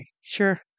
sure